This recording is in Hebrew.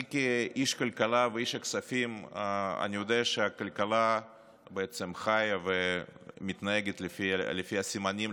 אני כאיש כלכלה וכאיש כספים יודע שהכלכלה חיה ומתנהגת לפי הסימנים,